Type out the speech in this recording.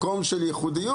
של ייחודיות